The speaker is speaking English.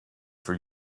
for